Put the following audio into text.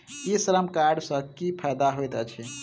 ई श्रम कार्ड सँ की फायदा होइत अछि?